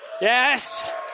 Yes